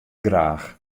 graach